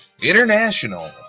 International